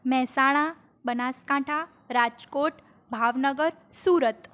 Mehsana Banaskantha Rajkot Bhavnagar Surat